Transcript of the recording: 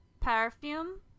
perfume